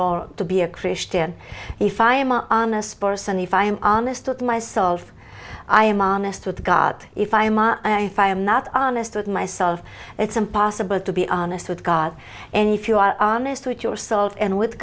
role to be a christian if i am are honest person if i am honest with myself i am honest with god if i am not honest with myself it's impossible to be honest with god and if you are honest with yourself and with